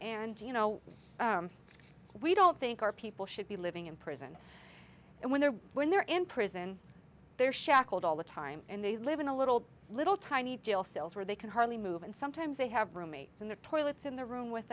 and you know we don't think our people should be living in prison and when they're when they're in prison they're shackled all the time and they live in a little little tiny jail cells where they can hardly move and sometimes they have roommates in the toilets in the room with